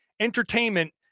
Entertainment